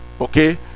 okay